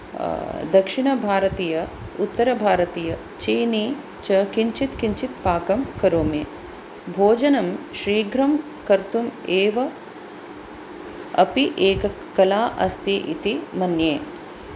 दक्षिणभारतीय उत्तरभारतीय चीनि च किञ्चित् किञ्चित् पाकं करोमि भोजनं शीघ्रं कर्तुम् एव अपि एका कला अस्ति इति मन्ये